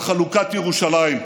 על חלוקת ירושלים.